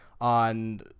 on